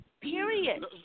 Period